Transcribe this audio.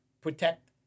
protect